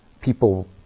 people